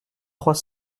trois